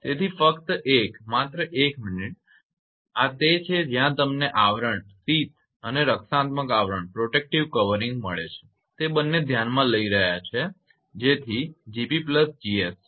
તેથી ફક્ત 1 માત્ર 1 મિનિટ આ તે છે જ્યાં તમને આવરણ અને રક્ષણાત્મક આવરણ મળે છે તે બંને ધ્યાનમાં લઈ રહ્યા છીએ જે 𝐺𝑝 𝐺𝑠 છે